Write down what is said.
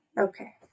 Okay